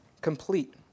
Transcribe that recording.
complete